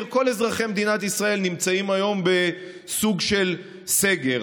כל אזרחי מדינת ישראל נמצאים היום בסוג של סגר.